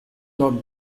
not